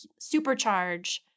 supercharge